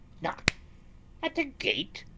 knock at the gate!